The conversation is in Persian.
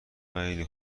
خیله